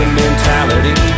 mentality